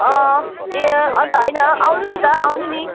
अँ अन्त होइन आउनु नि त आउनु नि